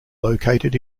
located